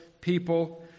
people